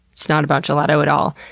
it's not about gelato at all.